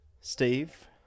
Steve